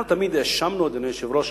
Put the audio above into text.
אנחנו תמיד האשמנו, אדוני היושב-ראש,